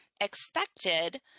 expected